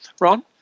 Ron